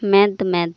ᱢᱮᱫ ᱢᱮᱫ